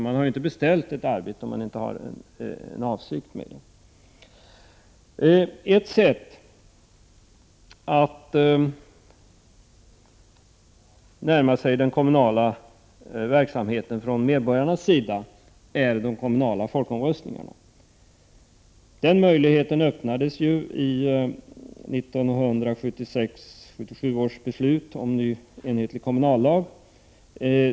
Man har väl inte beställt ett arbete om man inte har någon avsikt med det. Ett sätt för medborgarna att närma sig den kommunala verksamheten är den kommunala folkomröstningen. Möjligheten härtill öppnades ju genom 1976/77 års riksmötes beslut om ny kommunallag.